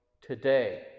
today